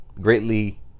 greatly